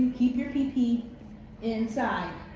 keep your peepee inside,